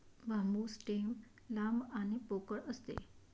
बांबू stem लांब आणि पोकळ असते